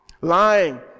lying